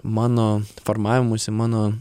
mano formavimuisi mano